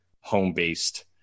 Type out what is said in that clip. home-based